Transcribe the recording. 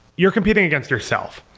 you're competing against yourself.